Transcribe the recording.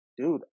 dude